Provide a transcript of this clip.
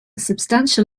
substantial